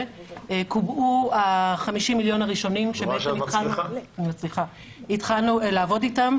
קובעו 50 מיליון השקלים הראשונים והתחלנו לעבוד אתם.